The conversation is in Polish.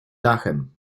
dachem